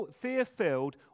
fear-filled